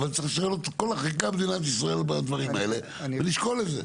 אבל צריך לשנות את כל החקיקה במדינת ישראל בדברים האלה ולשקול את זה.